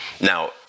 Now